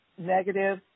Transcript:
negative